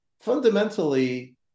fundamentally